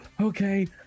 okay